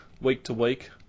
week-to-week